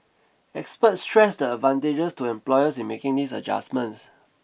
experts stressed the advantages to employers in making these adjustments